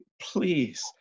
please